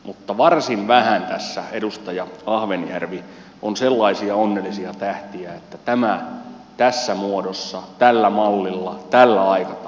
mutta varsin vähän tässä edustaja ahvenjärvi on sellaisia onnellisia tähtiä että tämä tässä muodossa tällä mallilla tällä aikataululla voisi mennä maaliin saakka